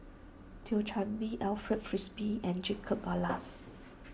Thio Chan Bee Alfred Frisby and Jacob Ballas